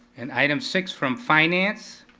and item six from finance.